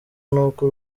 n’uko